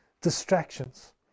distractions